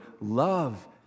love